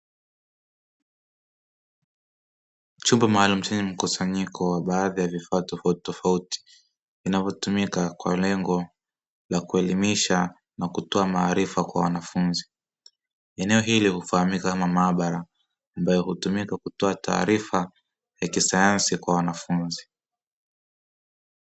Chumba maalumu chenye mkusanyiko wa baadhi ya vifaa tofautitofauti, vinavyotumika kwa lengo la kuelimisha na kutoa maarifa kwa wanafunzi. Eneo hili hufahamika kama maabara, ambayo hutumika kutoa taarifa ya kisayansi kwa wanafunzi.